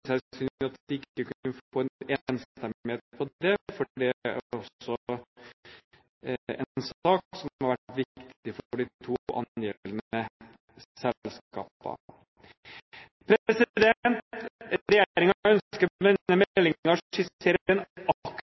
at man ikke kunne fått en enstemmighet på det, for det er også en sak som har vært viktig for de to angjeldende selskapene. Regjeringen ønsker med denne meldingen å